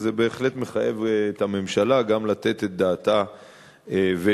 וזה בהחלט מחייב את הממשלה גם לתת את דעתה ולפעול,